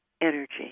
energy